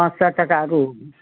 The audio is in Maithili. पाँच सए टका रूम